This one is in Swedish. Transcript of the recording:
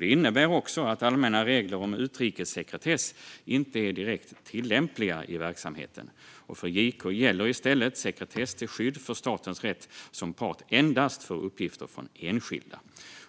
Det innebär också att allmänna regler om utrikessekretess inte är direkt tillämpliga i verksamheten. För JK gäller i stället sekretess till skydd för statens rätt som part endast för uppgifter från enskilda.